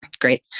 Great